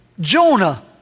Jonah